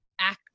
act